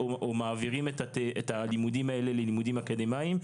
ומעבירים את הלימודים האלה ללימודים אקדמאים.